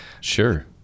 Sure